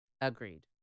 Agreed